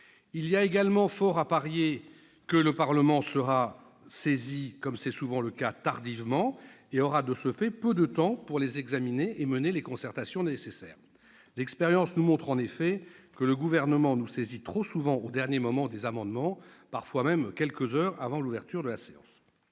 Il y a également fort à parier que le Parlement sera, comme c'est souvent le cas, saisi tardivement et aura, de ce fait, peu de temps pour les examiner et mener les concertations nécessaires. L'expérience nous montre en effet que le Gouvernement nous saisit trop souvent au dernier moment de ses amendements, parfois même quelques heures avant l'ouverture de la séance.